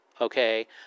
okay